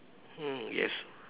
mm yes